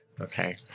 Okay